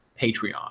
patreon